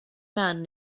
man